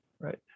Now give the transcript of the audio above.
right